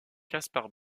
kaspar